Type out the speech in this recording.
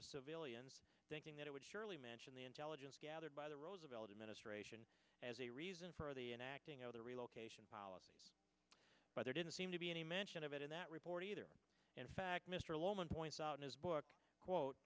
of civilians thinking that it would surely mention the intelligence gathered by the roosevelt administration as a reason for the enacting of the relocation policy by there didn't seem to be any mention of it in that report either in fact mr loman points out in his book quote